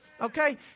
okay